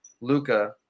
Luca